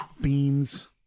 beans